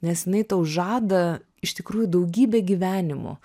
nes jinai tau žada iš tikrųjų daugybę gyvenimų